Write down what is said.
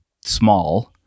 small